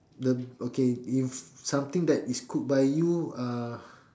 the okay if something that is cooked by you uh